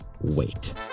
wait